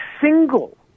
single